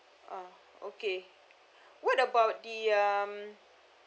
uh okay what about the um